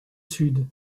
sud